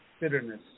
bitterness